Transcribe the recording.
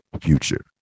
future